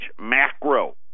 Macro